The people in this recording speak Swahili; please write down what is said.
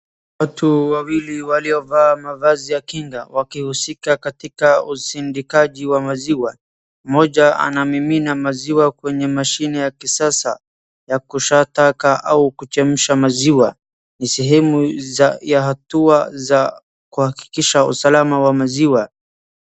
Watu wawili waliovaa mavazi ya kinga wakihusika katika usindikaji wa maziwa. Mmoja anamimina maziwa kwenye mashini ya kisasa ya kushataka au kuchemsha maziwa. Ni sehemu ya hatua za kuhakikisha usalama wa maziwa.